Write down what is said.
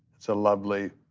it's a lovely,